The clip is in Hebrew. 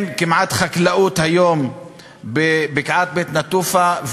כמעט אין חקלאות היום בבקעת בית-נטופה.